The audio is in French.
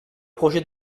projet